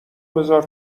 بزار